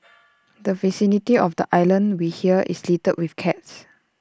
the vicinity of the island we hear is littered with cats